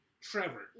Trevor